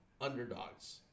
underdogs